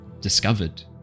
discovered